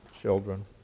children